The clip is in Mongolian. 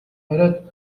бариад